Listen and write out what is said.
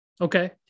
Okay